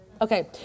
Okay